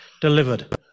delivered